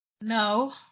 No